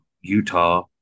Utah